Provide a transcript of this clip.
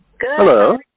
Hello